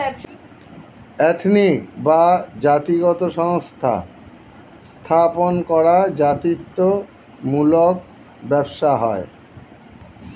ethnic বা জাতিগত সংস্থা স্থাপন করা জাতিত্ব মূলক ব্যবসা হয়